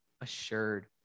assured